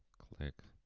click,